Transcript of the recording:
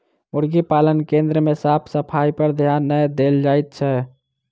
मुर्गी पालन केन्द्र मे साफ सफाइपर ध्यान नै देल जाइत छै